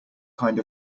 kind